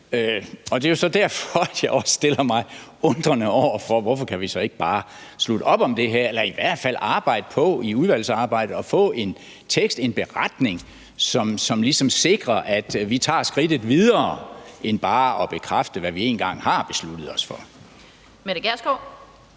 Det er jo så derfor, jeg også stiller mig undrende over for, hvorfor vi så ikke bare kan slutte op om det her eller i hvert fald arbejde på i udvalgsarbejdet at få en tekst, en beretning, som ligesom sikrer, at vi tager skridtet videre end bare at bekræfte, hvad vi en gang har besluttet os for. Kl.